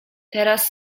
teraz